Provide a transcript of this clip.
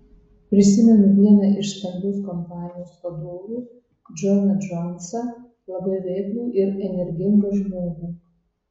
prisimenu vieną iš stambios kompanijos vadovų džoną džonsą labai veiklų ir energingą žmogų